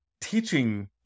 teaching